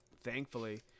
thankfully